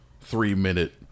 three-minute